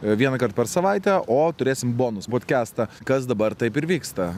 vienąkart per savaitę o turėsim bonus podkastą kas dabar taip ir vyksta